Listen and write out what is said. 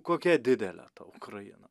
kokia didelė ta ukraina